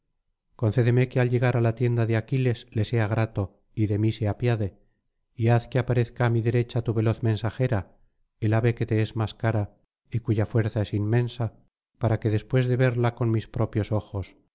concédeme que al llegar á la tienda de aquiles le sea grato y de mí se apiade y haz que aparezca á mi derecha tu veloz mensajera el ave que te es más cara y cuya fuerza es inmensa para que después de verla con mis propios ojos